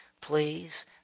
Please